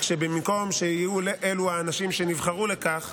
רק שבמקום שיהיו אלו האנשים שנבחרו לכך,